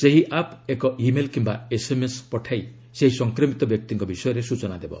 ସେହି ଆପ୍ ଏକ ଇମେଲ୍ କିମ୍ବା ଏସ୍ଏମ୍ଏସ୍ ପଠାଇ ସେହି ସଂକ୍ରମିତ ବ୍ୟକ୍ତିଙ୍କ ବିଷୟରେ ସ୍ତଚନା ଦେବ